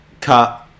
cut